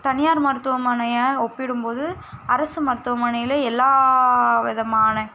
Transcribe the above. தனியார் மருத்துவமனையை ஒப்பிடும் போது அரசு மருத்துவமனையில் எல்லாம் விதமான